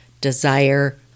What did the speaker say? desire